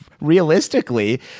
realistically